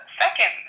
second